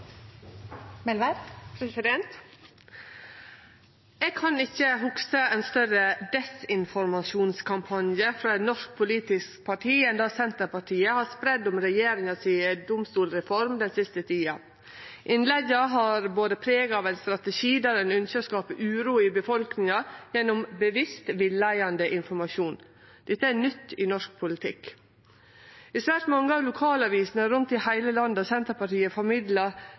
Eg kan ikkje hugse ein større desinformasjonskampanje frå eit norsk politisk parti enn det Senterpartiet har spreidd om regjeringas domstolsreform den siste tida. Innlegga har bore preg av ein strategi der ein ynskjer å skape uro i befolkninga gjennom bevisst villeiande informasjon. Dette er nytt i norsk politikk. I svært mange av lokalavisene rundt om i heile landet har Senterpartiet